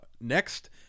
Next